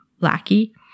lackey